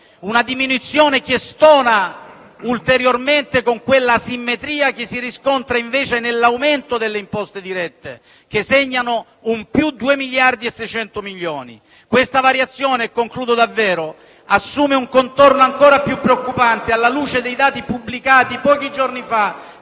una diminuzione che stona ulteriormente con quell'asimmetria che si riscontra invece nell'aumento delle imposte dirette, che segnano un aumento di 2,6 miliardi di euro. Questa variazione - e concludo davvero - assume un contorno ancora più preoccupante alla luce dei dati pubblicati pochi giorni fa